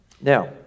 Now